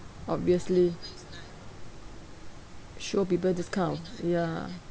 obviously show people this kind of ya